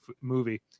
movie